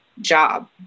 job